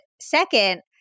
second